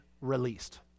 released